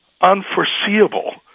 unforeseeable